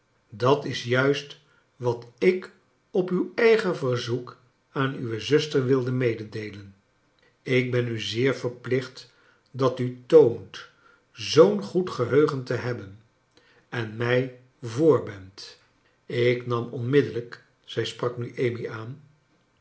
dat is juist wat ik op uw eigen verzoek aan uwe zuster wilde meedeelen ik ben u zeer verplicht dat u toont zoo'n goed geheugen te hebben en mij voor bent ik nam onmiddellijk zij sprak nu amy aan